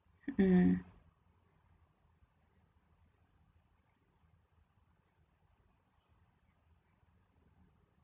mm